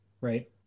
right